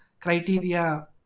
criteria